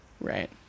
Right